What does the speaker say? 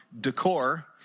decor